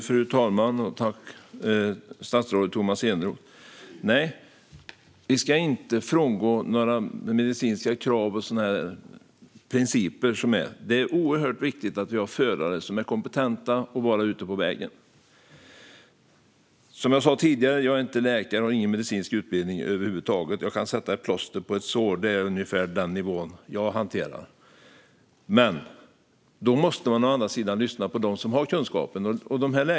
Fru talman! Tack, statsrådet Tomas Eneroth! Nej, vi ska inte frångå några medicinska krav och principer. Det är oerhört viktigt att vi har förare som är kompetenta att vara ute på vägen. Som jag sa tidigare är jag inte läkare och har ingen medicinsk utbildning över huvud taget. Jag kan sätta ett plåster på ett sår; det är ungefär den nivå jag hanterar. Men då måste man å andra sidan lyssna på dem som har kunskapen.